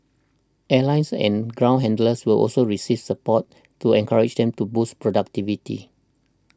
airlines and ground handlers will also receive support to encourage them to boost productivity